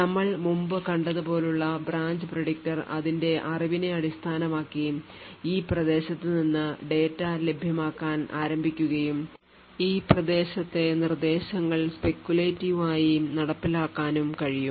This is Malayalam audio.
നമ്മൾ മുമ്പ് കണ്ടതുപോലുള്ള ബ്രാഞ്ച് predictor അതിന്റെ അറിവിനെ അടിസ്ഥാനമാക്കി ഈ പ്രദേശത്ത് നിന്ന് ഡാറ്റ ലഭ്യമാക്കാൻ ആരംഭിക്കുകയും ഈ പ്രദേശത്തെ നിർദ്ദേശങ്ങൾ speculative ആയി നടപ്പിലാക്കാനും കഴിയും